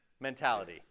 mentality